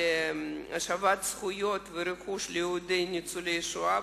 על השבת זכויות ורכוש יהודי לניצולי השואה.